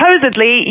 supposedly